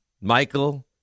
Michael